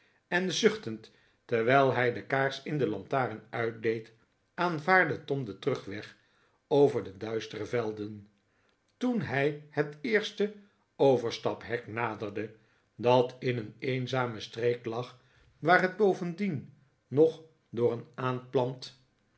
en zuchtend terwijl hij de kaars in de lantaren uitdeed aanvaardde tom den terugweg over de duistere velden toen hij het eerste overstaphek naderde dat in een eenzame streek lag waar het bovendien nog door een aanplant